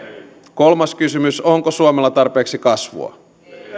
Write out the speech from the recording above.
kolmas kysymys onko suomella tarpeeksi kasvua